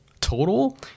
total